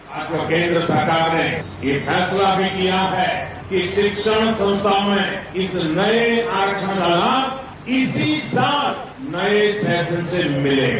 साथियो केंद्र सरकार ने यह फैसला भी किया है कि शिक्षण संस्थानों में इस नए आरक्षण का लाभ इसी साल नए सेशन से मिलेगा